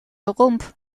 romp